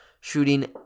shooting